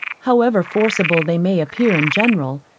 however forcible they may appear in general,